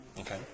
Okay